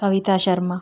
Kavita Sharma